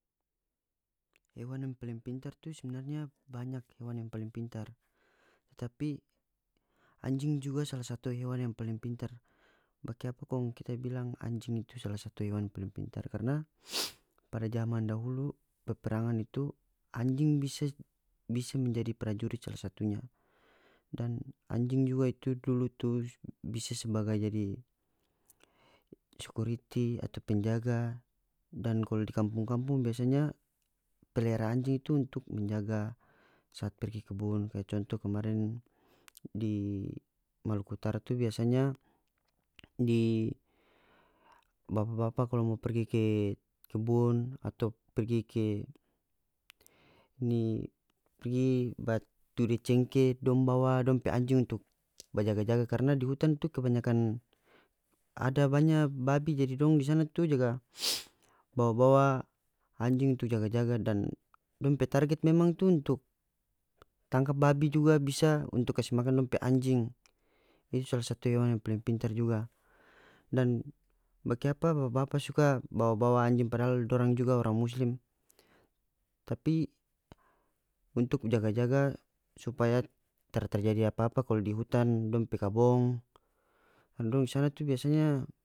Hewan yang paling pintar tu sebenarnya tu banyak hewan yang paling pintar tapi anjing juga salah satu hewan yang paling pintar bakiapa kong kita bilang anjing itu salah satu hewan yang paling pintar karna pada zaman dahulu peperangan itu anjing bisa bisa menjadi prajurit salah satunya dan anjing juga itu dulu itu bisa sebagai jadi sakuriti atau penjaga dan kalo di kampong-kampong biasanya pelihara anjing itu untuk menjaga saat pergi kebun kaya contoh kemarin di maluku utara tu biasanya di bapa-bapa kalu mo pergi ke kebun atau pergi ke ni pigi ba cude cengke dong bawa dong pe anjing untuk ba jaga-jaga karna di hutan tu kebanyakan ada banya babi jadi dong di sana tu jaga bawa-bawa anjing untuk jaga-jaga dan dong pe target memang tu untuk tangka babi juga bisa untuk kas makan dong pe anjing itu salah satu hewan yang paling pintar juga dan bakiapa suka bawa-bawa anjing padahal dorang juga orang muslim tapi untuk jaga-jaga supaya tara terjadi apa-apa kalu di hutan dong pe kabong kan dong di sana itu biasanya.